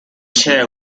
chair